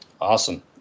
Awesome